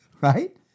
Right